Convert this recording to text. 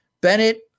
Bennett